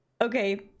Okay